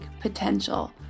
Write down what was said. potential